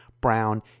brown